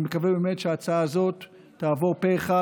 אני מקווה שההצעה הזאת תעבור פה אחד.